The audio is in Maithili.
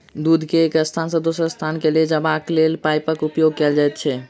दूध के एक स्थान सॅ दोसर स्थान ल जयबाक लेल पाइपक उपयोग कयल जाइत छै